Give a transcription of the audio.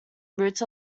roots